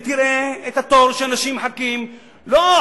ותראה את התור שאנשים מחכים בו.